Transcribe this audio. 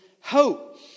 hope